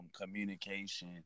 communication